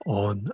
on